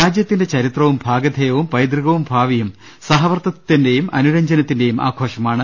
രാജ്യത്തിന്റെ ചരിത്രവും ഭാഗധേയവും പൈതൃകവും ഭാവിയും സഹവർത്തിത്വത്തിന്റെയും അനുരഞ്ജനത്തിന്റെയും ആഘോഷമാണ്